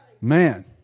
Man